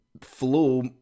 flow